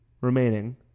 remaining